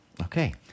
Okay